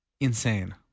Insane